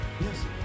Yes